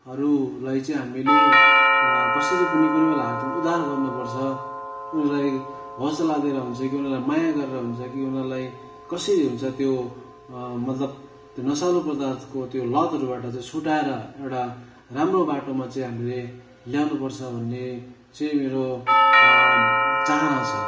हरूलाई चाहिँ हामीले कसरी पनि कुनै पनि हालतमा उद्धार गर्नुपर्छ उनीहरूलाई हौसला दिएर हुन्छ कि उनीहरूलाई माया गरेर हुन्छ कि उनीहरूलाई कसरी हुन्छ त्यो मतलब त्यो नशालु पदार्थको त्यो लतहरूबाट चाहिँ छुटाएर एउटा राम्रो बाटोमा चाहिँ हामीले ल्याउनुपर्छ भन्ने चाहिँ मेरो चाहना छ